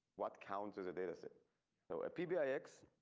what counts as a data set so a pbx?